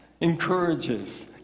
encourages